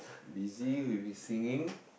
busy with his singing